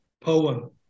poem